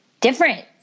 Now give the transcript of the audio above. different